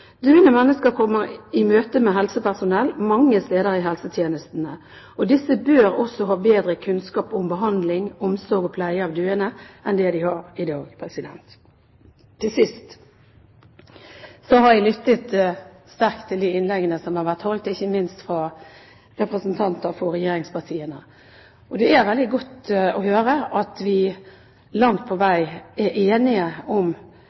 Døende mennesker møter helsepersonell mange steder i helsetjenestene, og disse bør ha mer kunnskap om behandling, omsorg og pleie av døende enn det de har i dag. Jeg har lyttet sterkt til de innleggene som har vært holdt, ikke minst av representanter for regjeringspartiene. Det er veldig godt å høre at vi langt på vei er enige om